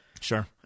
Sure